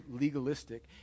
legalistic